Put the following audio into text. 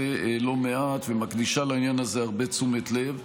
לא מעט ומקדישה לעניין הזה הרבה תשומת לב.